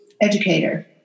educator